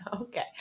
Okay